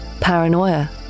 paranoia